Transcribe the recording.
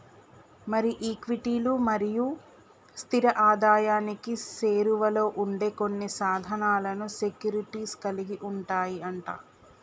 మరి ఈక్విటీలు మరియు స్థిర ఆదాయానికి సేరువలో ఉండే కొన్ని సాధనాలను సెక్యూరిటీస్ కలిగి ఉంటాయి అంట